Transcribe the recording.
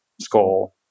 skull